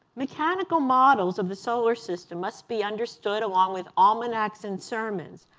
mechanical models of the solar system must be understood along with almanacs and sermons,